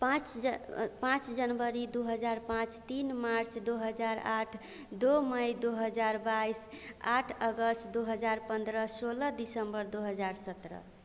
पाँच पाँच जनवरी दो हज़ार पाँच तीन मार्च दो हज़ार आठ दो मई दो हज़ार बाईस आठ अगस्त दो हज़ार पंद्रह सोलह दिसंबर दो हज़ार सत्रह